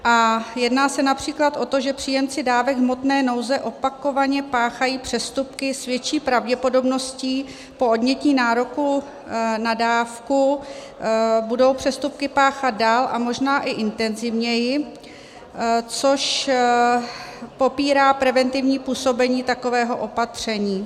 A jedná se například o to, že příjemci dávek hmotné nouze opakovaně páchají přestupky, s větší pravděpodobností po odnětí nároku na dávku budou přestupky páchat dál a možná i intenzivněji, což popírá preventivní působení takového opatření.